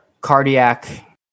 cardiac